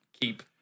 keep